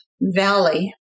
valley